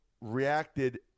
reacted